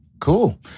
cool